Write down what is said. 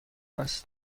است